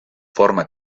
forma